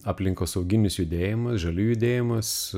aplinkosauginis judėjimas žaliųjų judėjimas